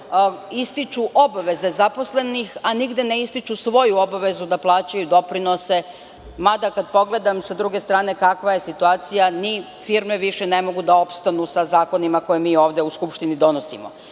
ističu obaveze zaposlenih, a nigde ne ističu svoju obavezu da plaćaju doprinose. Mada, kada pogledam s druge strane kakva je situacija, ni firme više ne mogu da opstanu sa zakonima koje mi ovde u Skupštini donosimo.S